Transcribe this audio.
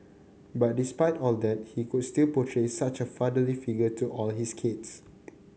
but despite all that he could still portray such a fatherly figure to all his kids